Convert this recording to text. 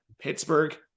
Pittsburgh